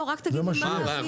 זה מה שיהיה.